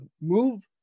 move